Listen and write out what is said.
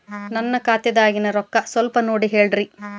ನನ್ನ ಖಾತೆದಾಗಿನ ರೊಕ್ಕ ಸ್ವಲ್ಪ ನೋಡಿ ಹೇಳ್ರಿ